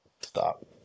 Stop